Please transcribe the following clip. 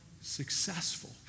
successful